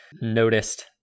noticed